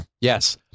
yes